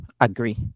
agree